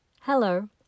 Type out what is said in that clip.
Hello